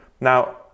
now